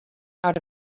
out